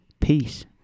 Peace